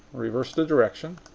reverse the direction.